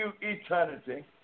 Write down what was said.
eternity